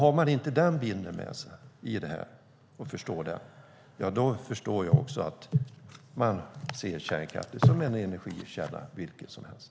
Har man inte den bilden klar för sig förstår jag att man ser kärnkraften som en energikälla vilken som helst.